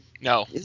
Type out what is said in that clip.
No